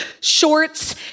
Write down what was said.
shorts